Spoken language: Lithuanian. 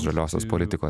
žaliosios politiko